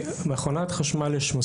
יש מספיק מכונות חשמל.